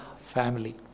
family